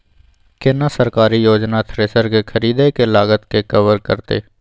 केना सरकारी योजना थ्रेसर के खरीदय के लागत के कवर करतय?